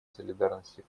солидарности